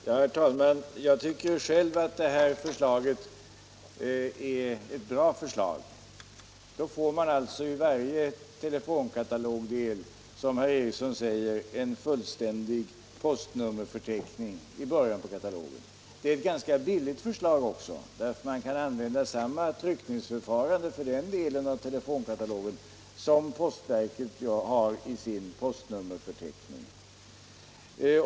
Herr talman! Ja, jag tycker själv att det här förslaget är ett bra förslag. Då får man alltså, som herr tredje vice talmannen Eriksson säger, en fullständig postnummerförteckning i början på varje telefonkatalogdel. Det är ett ganska billigt förslag också, därför att man kan använda samma tryckningsförfarande för den delen av telefonkatalogen som postverket gör för sin postnummerförteckning.